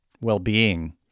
well-being